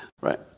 Right